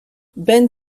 ben